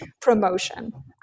promotion